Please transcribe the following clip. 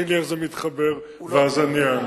תגיד לי איך זה מתחבר ואז אני אענה.